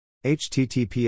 https